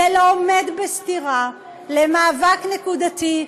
זה לא עומד בסתירה למאבק נקודתי,